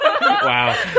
Wow